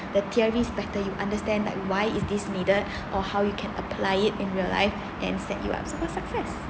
the theories better you understand like why is this needed or how you can apply it in real life and set you up for success